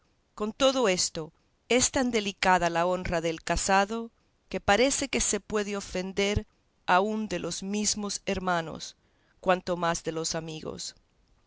con todo esto es tan delicada la honra del casado que parece que se puede ofender aun de los mesmos hermanos cuanto más de los amigos